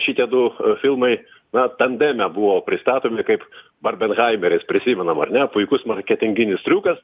šitie du filmai na tandeme buvo pristatomi kaip barbenhaimeris prisimenam ar ne puikus marketinginis triukas